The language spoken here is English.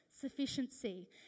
sufficiency